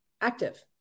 active